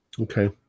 Okay